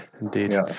Indeed